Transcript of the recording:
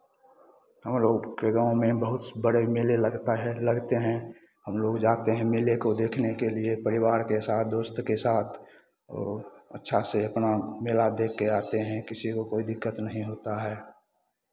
हमलोग के गांव में बहुत बड़े मेले लगता है लगते हैं हमलोग जाते हैं मेले को देखने के लिये परिवार के साथ दोस्त के साथ और अच्छा से अपना मेला देख के आते हैं किसी को कोई दिक्कत नहीं होता है